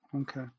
okay